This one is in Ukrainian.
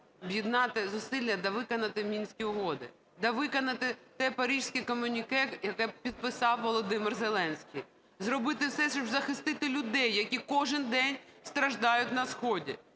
об'єднати зусилля та виконати Мінські угоди, да, виконати те Паризьке комюніке, яке підписав Володимир Зеленський, зробити все, щоб захистити людей, які кожен день страждають на сході,